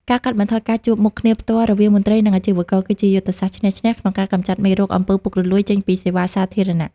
ការកាត់បន្ថយការជួបមុខគ្នាផ្ទាល់រវាងមន្ត្រី និងអាជីវករ គឺជាយុទ្ធសាស្ត្រឈ្នះ-ឈ្នះ ក្នុងការកម្ចាត់មេរោគ អំពើពុករលួយ ចេញពីសេវាសាធារណៈ។